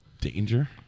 Danger